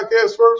first